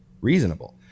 reasonable